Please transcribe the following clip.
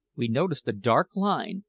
we noticed a dark line,